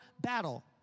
battle